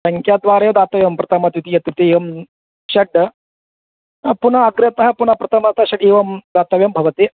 सङ्ख्याद्वारा दातव्यं प्रथमम् इति इत्युक्ते एवं षड् पुनः अग्रतः पुन प्रथमतः षड् एवं दातव्यं भवति